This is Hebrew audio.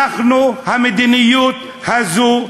המדיניות הזאת,